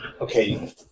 Okay